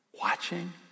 Watching